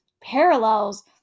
parallels